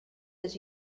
that